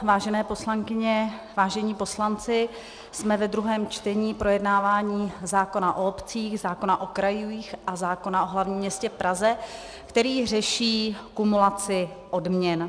Vážené poslankyně, vážení poslanci, jsme ve druhém čtení projednávání zákona o obcích, zákona o krajích a zákona o hlavním městě Praze, který řeší kumulaci odměn.